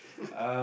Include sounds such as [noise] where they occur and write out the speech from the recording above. [laughs]